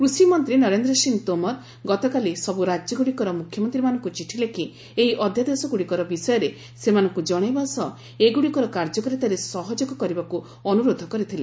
କୃଷିମନ୍ତ୍ରୀ ନରେନ୍ଦ୍ର ସିଂହ ତୋମର ଗତକାଲି ସବୁ ରାଜ୍ୟଗୁଡ଼ିକର ମୁଖ୍ୟମନ୍ତ୍ରୀମାନଙ୍କୁ ଚିଠି ଲେଖି ଏହି ଅଧ୍ୟାଦେଶଗୁଡ଼ିକ ବିଷୟରେ ସେମାନଙ୍କୁ ଜଣାଇବା ସହ ଏଗୁଡ଼ିକର କାର୍ଯ୍ୟକାରିତାରେ ସହଯୋଗ କରିବାକୁ ଅନୁରୋଧ କରିଥିଲେ